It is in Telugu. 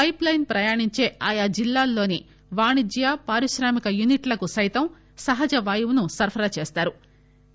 పైప్ లైన్ ప్రయాణించే ఆయా జిల్లాల్లోని వాణిజ్య పారిశ్రామిక యూనిట్లకు సైతం సహజ వాయువును సరఫరా చేస్తారు